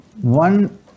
One